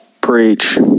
preach